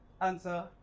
answer